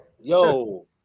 Yo